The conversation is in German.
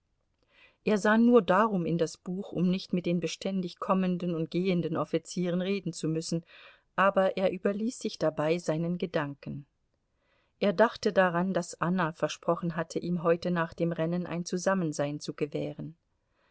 er sah nur darum in das buch um nicht mit den beständig kommenden und gehenden offizieren reden zu müssen aber er überließ sich dabei seinen gedanken er dachte daran daß anna versprochen hatte ihm heute nach dem rennen ein zusammensein zu gewähren